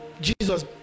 Jesus